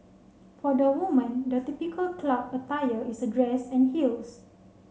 for the woman the typical club attire is a dress and heels